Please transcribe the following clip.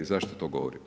Zašto to govorim?